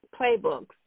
playbooks